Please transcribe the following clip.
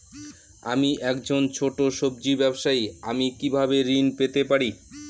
আমি একজন ছোট সব্জি ব্যবসায়ী আমি কিভাবে ঋণ পেতে পারি?